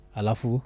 alafu